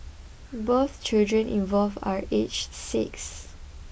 both children involved are aged six